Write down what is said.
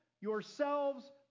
yourselves